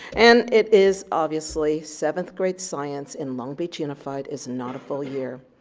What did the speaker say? and it is obviously, seventh grade science in long beach unified is not a full year.